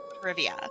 trivia